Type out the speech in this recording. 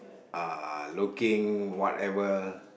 uh looking whatever